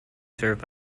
served